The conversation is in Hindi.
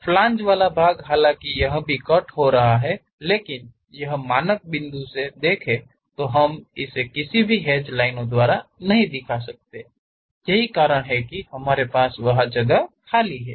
फ्लांज वाला भाग हालांकि यह भी कट हो रहा है लेकिन यह मानक के बिन्दु से देखे तो हम इसे किसी भी हैच लाइनों द्वारा नहीं दिखा शकते हैं यही कारण है कि हमारे पास वह जगह खाली है